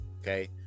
Okay